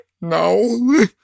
no